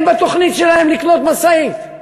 בתוכנית שלהם אין לקנות משאית.